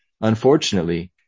Unfortunately